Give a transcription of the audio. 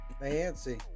Fancy